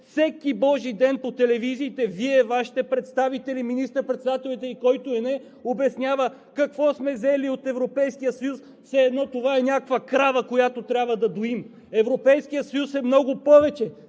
всеки божи ден по телевизиите Вие, Вашите представители, министър-председателят и който и да е, обяснява какво сме взели от Европейския съюз, все едно това е някаква крава, която трябва да доим. Европейският съюз е много повече.